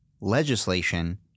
legislation